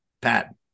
pat